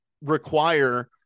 require